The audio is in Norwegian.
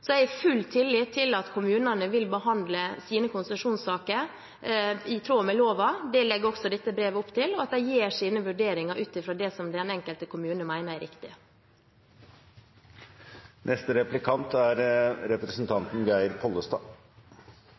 Så jeg har full tillit til at kommunene vil behandle sine konsesjonssaker i tråd med loven – det legger også dette brevet opp til – og at de gjør sine vurderinger ut fra det som den enkelte kommune mener er